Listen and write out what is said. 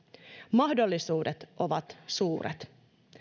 mahdollisuudet ovat suuret